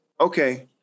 Okay